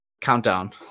countdown